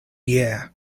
year